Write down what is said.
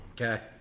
okay